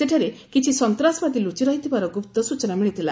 ସେଠାରେ କିିିି ସନ୍ତାସବାଦୀ ଲୁଚି ରହିଥିବାର ଗୁପ୍ତ ସ୍ୱଚନା ମିଳିଥିଲା